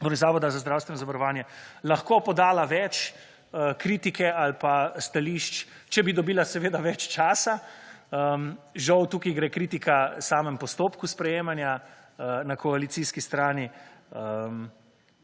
Zavoda za zdravstveno zavarovanje, lahko podala več kritike ali pa stališč, če bi dobila seveda več časa. Žal tukaj gre kritika v samem postopku sprejemanja na koalicijski strani.